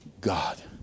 God